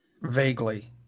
Vaguely